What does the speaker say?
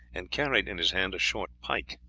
and carried in his hand a short pike.